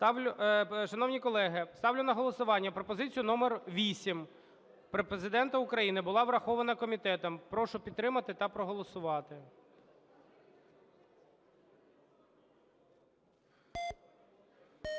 Шановні колеги, ставлю на голосування пропозицію номер вісім Президента України. Була врахована комітетом. Прошу підтримати та проголосувати.